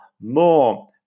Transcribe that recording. more